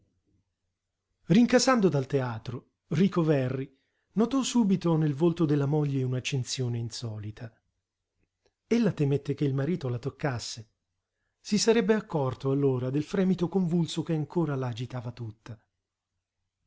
rincasando dal teatro rico verri notò subito nel volto della moglie un'accensione insolita ella temette che il marito la toccasse si sarebbe accorto allora del fremito convulso che ancora la agitava tutta